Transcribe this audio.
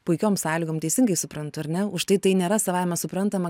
puikiom sąlygom teisingai suprantu ar ne už tai tai nėra savaime suprantama